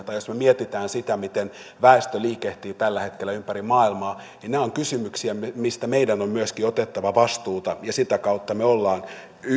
tai jos me mietimme sitä miten väestö liikehtii tällä hetkellä ympäri maailmaa nämä ovat kysymyksiä mistä meidän on myöskin otettava vastuuta ja sitä kautta me olemme